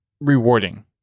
rewarding